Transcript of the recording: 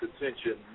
attention